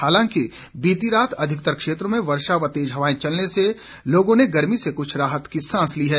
हालांकि बीती रात अधिकतर क्षेत्रों में वर्षा होने व तेज हवाएं चलने से लोगों ने गर्मी से कुछ राहत की सांस ली है